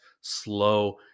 slow